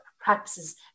practices